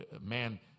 Man